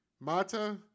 Mata